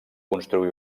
construí